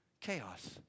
chaos